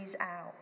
out